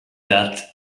that